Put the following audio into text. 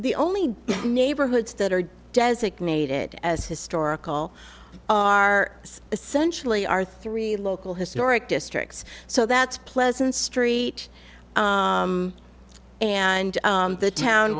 the only neighborhoods that are designated as historical are essentially our three local historic districts so that's pleasant street and the town